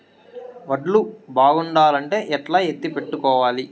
వడ్లు బాగుండాలంటే ఎట్లా ఎత్తిపెట్టుకోవాలి?